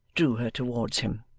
drew her towards him.